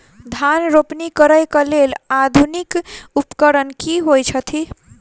धान रोपनी करै कऽ लेल आधुनिक उपकरण की होइ छथि?